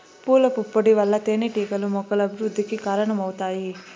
పూల పుప్పొడి వల్ల తేనెటీగలు మొక్కల అభివృద్ధికి కారణమవుతాయి